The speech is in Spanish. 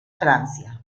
francia